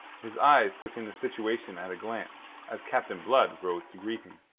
his eyes took in the situation at a glance, as captain blood rose to greet him.